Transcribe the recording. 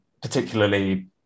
particularly